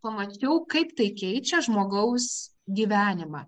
pamačiau kaip tai keičia žmogaus gyvenimą